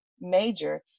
major